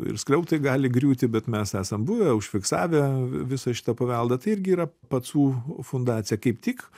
ir skliautai gali griūti bet mes esam buvę užfiksavę visą šitą paveldą tai irgi yra pacų fundacija kaip tik